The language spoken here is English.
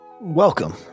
Welcome